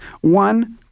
One